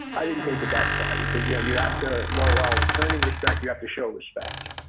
i didn't take it that far, because yeah you have to while while earning respect you have to show respect.